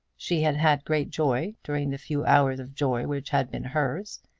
she had had great joy, during the few hours of joy which had been hers,